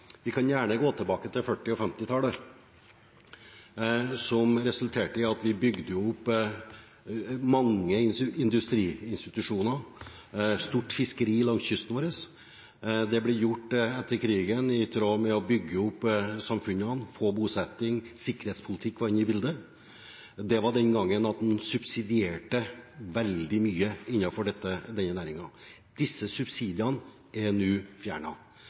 Vi kan gjerne gå tilbake til 1940- og 1950-tallet, som resulterte i at vi bygde opp mange industriinstitusjoner, stort fiskeri, langs kysten vår. Det ble gjort etter krigen, i tråd med å bygge opp samfunnene, få bosetting – og sikkerhetspolitikk var inne i bildet. Det var den gangen en subsidierte veldig mye innenfor denne næringen. Disse subsidiene er nå